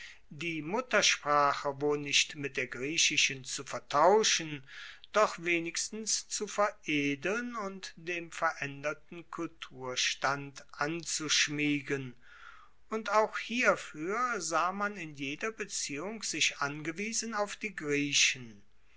die muttersprache wo nicht mit der griechischen zu vertauschen doch wenigstens zu veredeln und dem veraenderten kulturstand anzuschmiegen und auch hierfuer sah man in jeder beziehung sich angewiesen auf die griechen